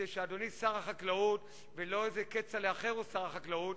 מפני שאדוני הוא שר החקלאות ולא איזה "כצל'ה" אחר הוא שר החקלאות.